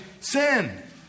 sin